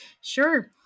Sure